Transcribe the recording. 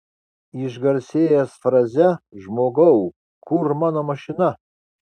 išgarsėjęs fraze žmogau kur mano mašina